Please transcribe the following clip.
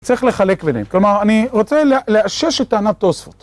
צריך לחלק בניהם. כלומר, אני רוצה לאשש את טענת תוספות.